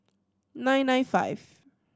nine nine five